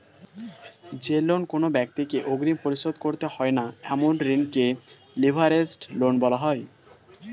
যে লোন কোনো ব্যাক্তিকে অগ্রিম পরিশোধ করতে হয় না এমন ঋণকে লিভারেজড লোন বলা হয়